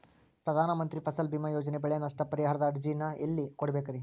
ಪ್ರಧಾನ ಮಂತ್ರಿ ಫಸಲ್ ಭೇಮಾ ಯೋಜನೆ ಬೆಳೆ ನಷ್ಟ ಪರಿಹಾರದ ಅರ್ಜಿನ ಎಲ್ಲೆ ಕೊಡ್ಬೇಕ್ರಿ?